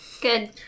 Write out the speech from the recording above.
Good